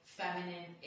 feminine